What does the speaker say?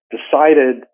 decided